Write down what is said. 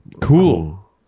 Cool